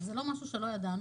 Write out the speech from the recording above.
זה לא משהו שלא ידענו,